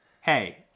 Hey